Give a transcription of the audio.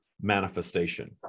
manifestation